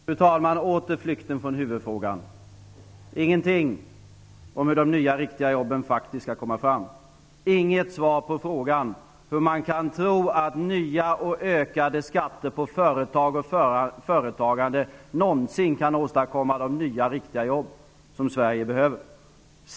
Fru talman! Det här var åter en flykt från huvudfrågan. Ingvar Carlsson sade ingenting om hur de nya riktiga jobben faktiskt skall skapas. Vi fick inget svar på frågan hur man kan tro att nya och ökade skatter på företag och företagande någonsin skulle kunna åstadkomma de nya och riktiga jobb som Sverige behöver.